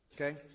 Okay